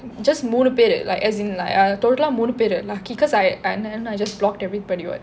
just மூணு பேரு:moonu peru like as in like uh total ah மூணு பேரு:moonu peru lucky cause I I don't know I just blocked everybody what